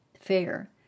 fair